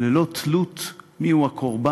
ללא תלות מי הוא הקורבן,